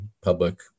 public